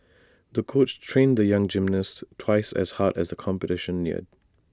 the coach trained the young gymnast twice as hard as the competition neared